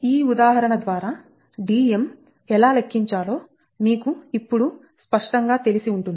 ఈ ఉదాహరణ ద్వారా Dm ఎలా లెక్కించాలో మీకు ఇప్పుడు స్పష్టంగా తెలిసి ఉంటుంది